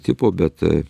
tipo bet